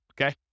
okay